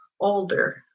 older